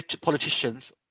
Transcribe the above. politicians